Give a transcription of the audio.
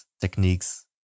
techniques